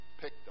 picked